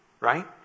right